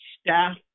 staff